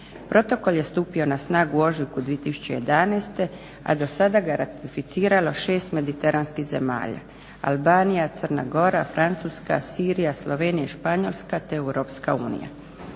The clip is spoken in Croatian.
Protokol je stupio na snagu u ožujku 2011. a do sada ga je ratificiralo 6 mediteranskih zemalja Albanija, Crna Gora, Francuska, Sirija, Slovenija i Španjolska, te Europska unija.